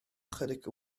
ychydig